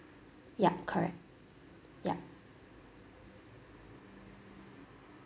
yup correct yup